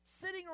sitting